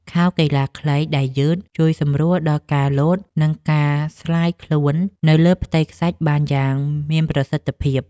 ខោកីឡាខ្លីដែលយឺត ជួយសម្រួលដល់ការលោត និងការស្លាយខ្លួននៅលើផ្ទៃខ្សាច់បានយ៉ាងមានប្រសិទ្ធភាព។